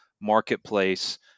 marketplace